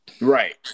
Right